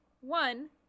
one